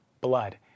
blood